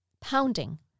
pounding